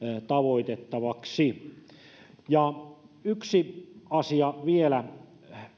tavoitettavaksi yksi asia vielä